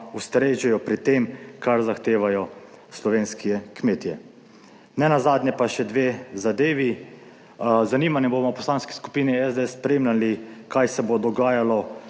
ustrežejo pri tem, kar zahtevajo slovenski kmetje. Ne nazadnje pa še dve zadevi. Z zanimanjem bomo v Poslanski skupini SDS spremljali kaj se bo dogajalo